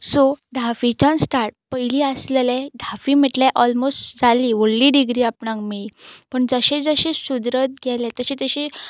so धावेच्यान start पयलीं आसलेले धावी म्हटल्यार ऑलमोस्ट जाली व्हडली डिग्री आपणाक मेळळी पूण जशें जशें सुदरत गेले तशे तशे